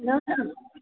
न न